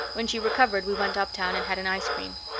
when she recovered we went uptown and had an ice cream.